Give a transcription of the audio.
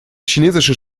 chinesisches